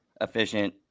efficient